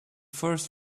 first